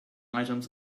items